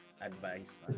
advice